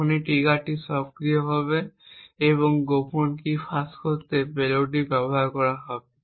তখনই ট্রিগার সক্রিয় হবে এবং গোপন কী ফাঁস করতে পেলোড ব্যবহার করা হবে